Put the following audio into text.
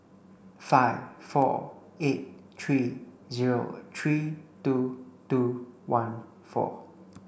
five four eight three zero three two two one four